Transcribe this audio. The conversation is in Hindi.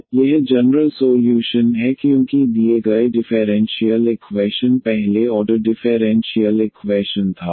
तो यह जनरल सोल्यूशन है क्योंकि दिए गए डिफेरेंशीयल इक्वैशन पहले ऑर्डर डिफेरेंशीयल इक्वैशन था